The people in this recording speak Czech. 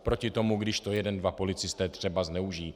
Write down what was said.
Proti tomu, když to jeden dva policisté třeba zneužijí.